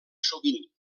sovint